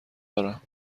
دارم